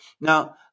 Now